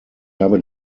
habe